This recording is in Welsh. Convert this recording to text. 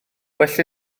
well